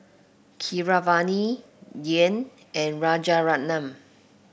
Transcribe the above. Keeravani Dhyan and Rajaratnam